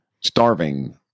starving